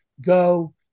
go